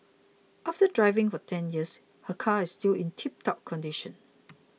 after driving for ten years her car is still in tiptop condition